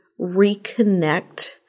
reconnect